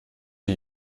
die